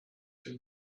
him